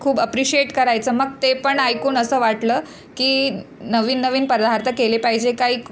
खूप अप्रिशिएट करायचं मग ते पण ऐकून असं वाटलं की नवीन नवीन पदार्थ केले पाहिजे काही